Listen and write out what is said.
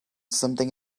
something